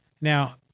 Now